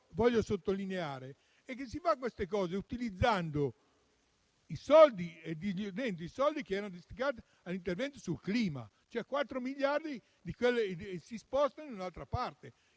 voglio sottolineare che si realizzano queste cose utilizzando i soldi che erano destinati agli interventi sul clima, e cioè 4 miliardi si spostano da un'altra parte.